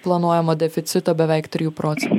planuojamo deficito beveik trijų procen